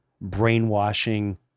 brainwashing